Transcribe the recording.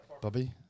Bobby